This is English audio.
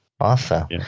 Awesome